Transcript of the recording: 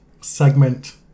segment